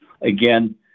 Again